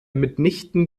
mitnichten